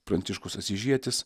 pranciškus asyžietis